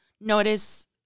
notice